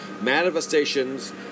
manifestations